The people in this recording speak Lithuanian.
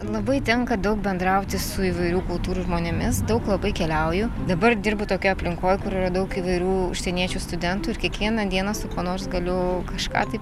labai tenka daug bendrauti su įvairių kultūrų žmonėmis daug labai keliauju dabar dirbu tokioj aplinkoj kur yra daug įvairių užsieniečių studentų ir kiekvieną dieną su kuo nors galiu kažką tai